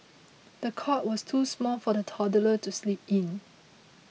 the cot was too small for the toddler to sleep in